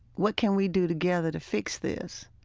what can we do together to fix this?